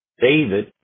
David